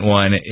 one